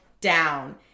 down